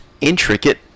intricate